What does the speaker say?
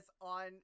on